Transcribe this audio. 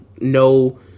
No